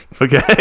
Okay